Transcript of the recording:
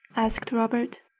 asked robert.